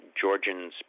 Georgian